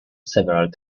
several